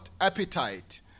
appetite